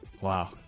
Wow